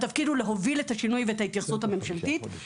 התפקיד הוא להוביל את השינוי ואת ההתייחסות הממשלתית.